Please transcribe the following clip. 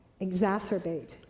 exacerbate